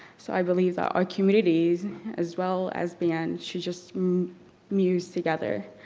so i believe that our communities as well as band should just muse together.